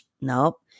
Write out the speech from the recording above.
Nope